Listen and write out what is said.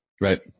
Right